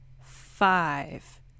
five